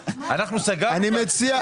אנחנו סגרנו,